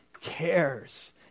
cares